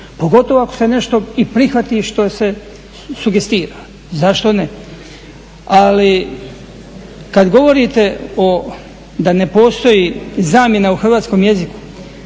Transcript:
pogotovo ako se nešto i prihvati što se sugerira. Zašto ne. Ali kada govorite da ne postoji zamjena u hrvatskom jeziku,